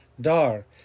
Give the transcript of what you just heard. Dar